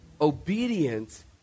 Obedience